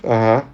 (uh huh)